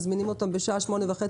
מזמינים אותם לדיון בשעה 8:30,